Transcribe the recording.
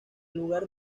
lugar